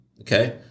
Okay